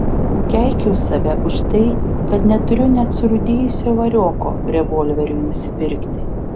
keikiau save už tai kad neturiu net surūdijusio varioko revolveriui nusipirkti